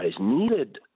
needed